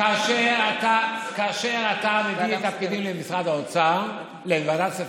כאשר אתה מביא את הפקידים לוועדת כספים,